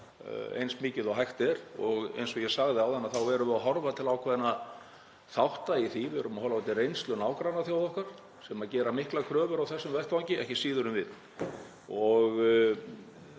eins mikið og hægt er, og eins og ég sagði áðan þá erum við að horfa til ákveðinna þátta í því. Við erum að horfa til reynslu nágrannaþjóða okkar sem gera miklar kröfur á þessum vettvangi ekki síður en við.